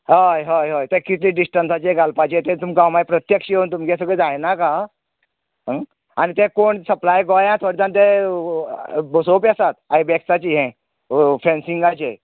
हय हय हय तें कितले डिस्टंटाचेर घालपाचे ते तुमका हांव मागीर प्रत्यक्ष येवन तुमगे सगले जायनाका आनी ते कोण सप्लाय बॉयाक बसोवपी आसात आय बी एक्साचे ये फेन्सिगाचें